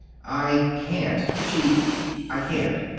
i can't. she i can't.